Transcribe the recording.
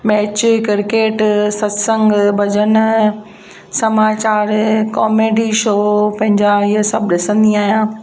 match cricket सत्संग भॼन समाचार कॉमेडी शो पंहिंजा इहे सभु ॾिसंदी आहियां